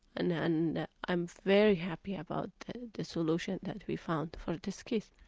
and and i'm very happy about the solution that we found for this case.